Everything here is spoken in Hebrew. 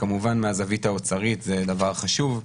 שכמובן מהזווית האוצרית זה דבר חשוב,